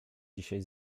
dzisiaj